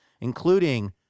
including